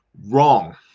Wrong